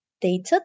dated